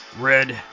red